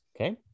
Okay